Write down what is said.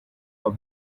are